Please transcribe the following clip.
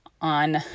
on